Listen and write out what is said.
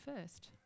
first